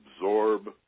absorb